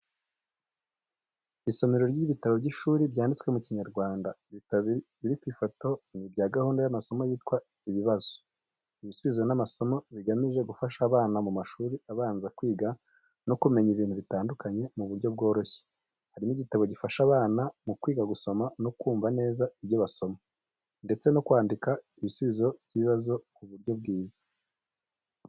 Isomero ry'ibitabo by’ishuri byanditswe mu Kinyarwanda. Ibitabo biri ku ifoto ni ibya gahunda y’amasomo yitwa ibibazo, ibisubizo n’amasomo bigamije gufasha abana mu mashuri abanza kwiga no kumenya ibintu bitandukanye mu buryo bworoshye. Harimo gitabo gifasha abana mu kwiga gusoma no kumva neza ibyo basoma, ndetse no kwandika ibisubizo by’ibibazo mu buryo bwiza.